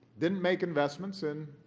didn't make investments in